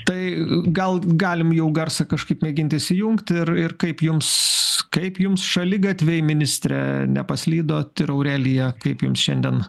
tai gal galim jau garsą kažkaip mėgint sujungt ir kaip jums kaip jums šaligatviai ministre nepaslydot ir aurelija kaip jums šiandien